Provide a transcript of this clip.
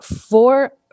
four